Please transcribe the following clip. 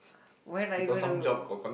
when are you going to